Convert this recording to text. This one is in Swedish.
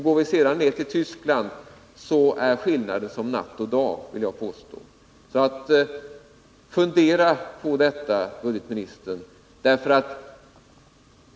Går vi sedan till Tyskland finner vi att skillnaden är som natt och dag. Fundera på detta, herr ekonomioch budgetminister!